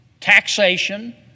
taxation